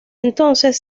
entonces